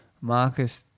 Marcus